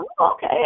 Okay